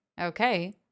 Okay